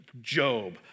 Job